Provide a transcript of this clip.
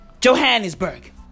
Johannesburg